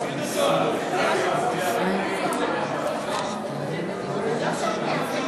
חבר הכנסת קיש,